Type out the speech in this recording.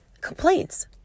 Complaints